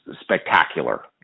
spectacular